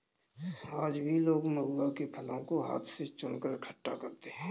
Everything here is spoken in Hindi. आज भी लोग महुआ के फलों को हाथ से चुनकर इकठ्ठा करते हैं